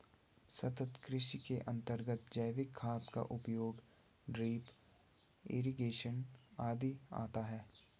सतत् कृषि के अंतर्गत जैविक खाद का उपयोग, ड्रिप इरिगेशन आदि आता है